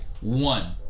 one